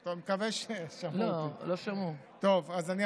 טוב, אני מקווה ששמעו אותי.